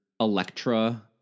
Electra